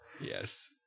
Yes